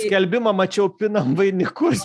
skelbimą mačiau pinam vainikus